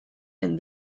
and